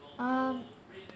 um